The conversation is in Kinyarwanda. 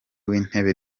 w‟intebe